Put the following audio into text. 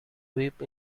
weep